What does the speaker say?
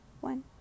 one